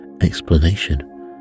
explanation